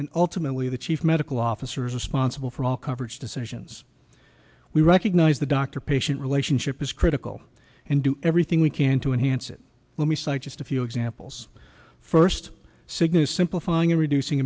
and ultimately the chief medical officer is responsible for all coverage decisions we recognize the doctor patient relationship is critical and do everything we can to enhance it let me cite just a few examples first cigna simplifying and reducing